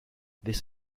this